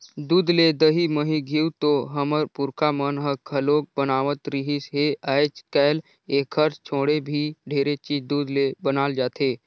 दूद ले दही, मही, घींव तो हमर पूरखा मन ह घलोक बनावत रिहिस हे, आयज कायल एखर छोड़े भी ढेरे चीज दूद ले बनाल जाथे